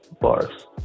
Bars